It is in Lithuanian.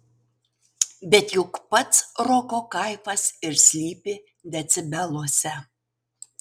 bet juk pats roko kaifas ir slypi decibeluose